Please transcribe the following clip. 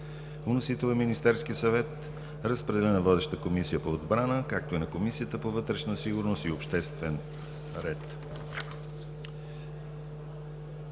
Вносител е Министерският съвет. Разпределен е на водещата Комисия по отбрана, както и на Комисията по вътрешна сигурност и обществен ред.